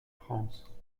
france